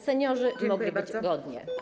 seniorzy mogli żyć godnie.